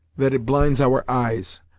that it blinds our eyes.